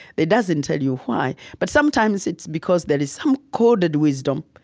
it doesn't tell you why, but sometimes it's because there is some coded wisdom,